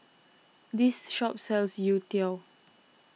this shop sells Youtiao